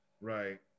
Right